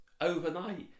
overnight